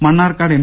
മ ണ്ണാർക്കാട് എം